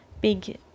big